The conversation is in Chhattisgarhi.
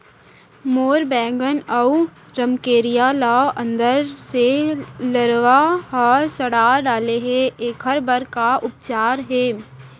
मोर बैगन अऊ रमकेरिया ल अंदर से लरवा ह सड़ा डाले हे, एखर बर का उपचार हे?